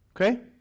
Okay